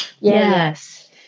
Yes